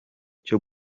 cyo